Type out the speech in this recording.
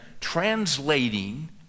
translating